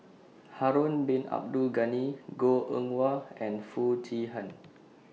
Harun Bin Abdul Ghani Goh Eng Wah and Foo Chee Han